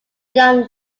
young